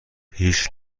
هیچ